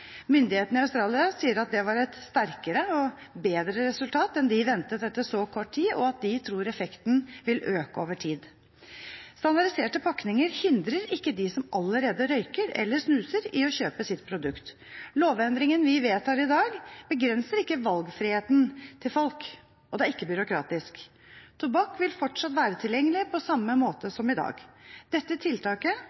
Myndighetene i Australia sier at det var et sterkere og bedre resultat enn de ventet etter så kort tid, og at de tror effekten vil øke over tid. Standardiserte pakninger hindrer ikke de som allerede røyker eller snuser, i å kjøpe sitt produkt. Lovendringen vi vedtar i dag, begrenser ikke valgfriheten til folk, og det er ikke byråkratisk. Tobakk vil fortsatt være tilgjengelig på samme måte